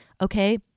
Okay